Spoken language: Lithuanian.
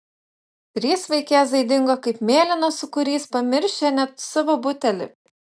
trys vaikėzai dingo kaip mėlynas sūkurys pamiršę net savo butelį